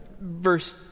verse